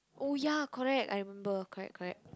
oh ya correct I remember correct correct